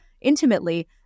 Intimately